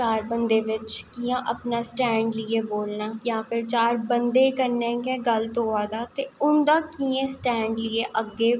चार बंदे बिच्च कियां अपनां स्टैंड़ लेईयै बोलनां जां चार बंदें कन्नैं गै गल्त होआ दा ते उंदा कियां स्टैंड़ लेईयै अग्गैं